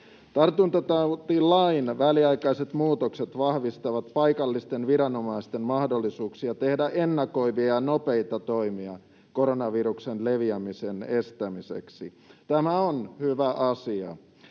Tartuntatautilain väliaikaiset muutokset vahvistavat paikallisten viranomaisten mahdollisuuksia tehdä ennakoivia ja nopeita toimia koronaviruksen leviämisen estämiseksi. Tämä on hyvä asia.